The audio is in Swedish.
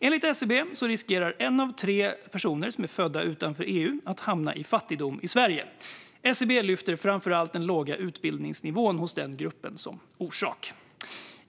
Enligt SCB riskerar en av tre som är födda utanför EU att hamna i fattigdom i Sverige. SCB lyfter framför allt upp den låga utbildningsnivån hos denna grupp som orsak.